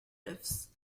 riffs